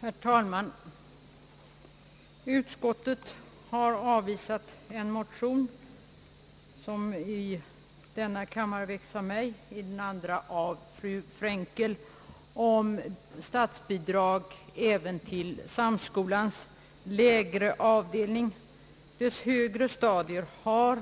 Herr talman! Utskottet har avvisat en motion, som väckts i andra kammaren av fru Frenkel och herr Nordstrandh och i denna kammare av mig, om statsbidrag till Göteborgs samskolas lägre avdelning. Dess högre stadier har,